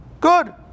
Good